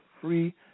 free